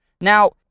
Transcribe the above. Now